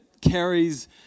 carries